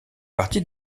partie